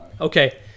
Okay